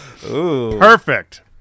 Perfect